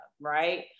right